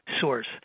source